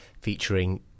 featuring